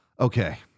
Okay